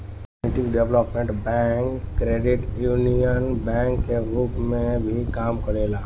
community development bank credit union bank के रूप में भी काम करेला